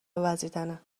وزیدنه